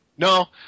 No